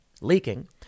leaking